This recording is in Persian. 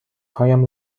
هایم